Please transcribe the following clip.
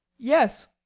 yes.